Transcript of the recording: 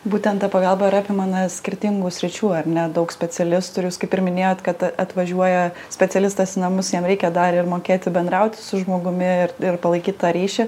būtent ta pagalba ir apima ne skirtingų sričių ar ne daug specialistų ir jūs kaip ir minėjote kad atvažiuoja specialistas į namus jam reikia dar ir mokėti bendrauti su žmogumi ir ir palaikyt tą ryšį